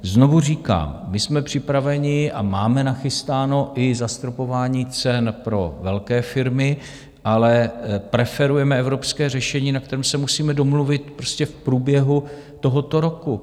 Znovu říkám, jsme připraveni a máme nachystáno i zastropování cen pro velké firmy, ale preferujeme evropské řešení, na kterém se musíme domluvit prostě v průběhu tohoto roku.